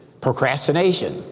Procrastination